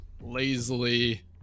lazily